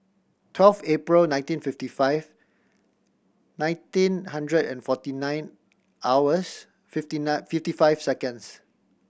twelve April nineteen fifty five nineteen hundred and forty nine hours fifty nine fifty five seconds